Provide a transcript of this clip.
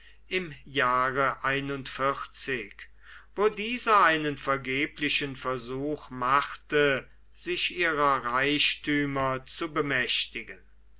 im jahre wo dieser einen vergeblichen versuch machte sich ihrer reichtümer zu bemächtigen